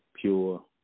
pure